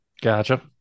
gotcha